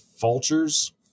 vultures